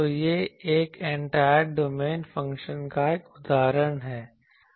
तो यह एक एंटायर डोमेन फ़ंक्शन का एक उदाहरण है